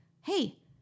hey